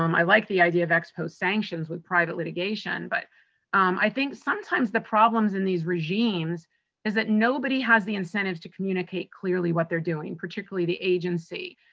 um i like the idea of ex post sanctions with private litigation, but i think sometimes the problems in these regimes is that nobody has the incentives to communicate clearly what they're doing, particularly the agency,